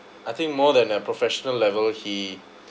I think more than a professional level he